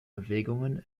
bewegungen